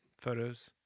photos